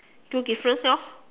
two difference lor